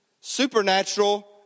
supernatural